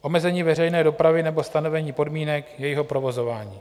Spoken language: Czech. Omezení veřejné dopravy nebo stanovení podmínek jejího provozování.